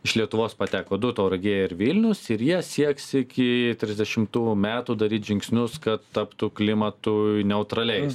iš lietuvos pateko du tauragė ir vilnius ir jie sieks iki trisdešimtų metų daryt žingsnius kad taptų klimatui neutraliais